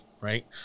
right